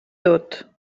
tot